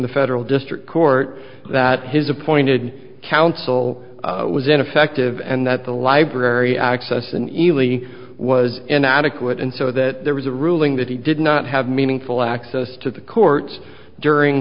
the federal district court that his appointed counsel was ineffective and that the library access in isla he was inadequate and so that there was a ruling that he did not have meaningful access to the courts during